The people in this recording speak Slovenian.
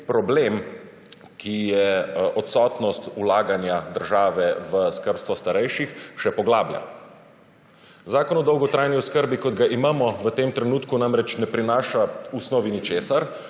problem, ki je odsotnost vlaganja države v skrbstvo starejših, še poglablja. Zakon o dolgotrajni oskrbi, kot ga imamo, v tem trenutku namreč ne prinaša v osnovni ničesar,